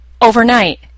overnight